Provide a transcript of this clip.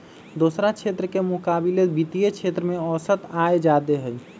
दोसरा क्षेत्र के मुकाबिले वित्तीय क्षेत्र में औसत आय जादे हई